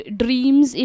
dreams